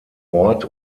ort